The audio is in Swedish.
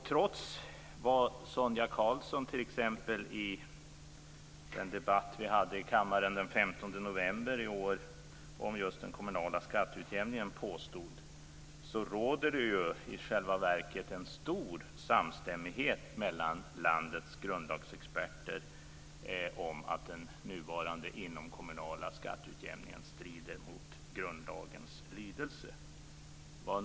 Trots vad Sonia Karlsson påstod t.ex. i den debatt vi hade i kammaren den 15 november i år om just den kommunala skatteutjämningen råder det ju i själva verket en stor samstämmighet mellan landets grundlagsexperter om att den nuvarande inomkommunala skatteutjämningen strider mot grundlagens lydelse.